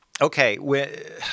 Okay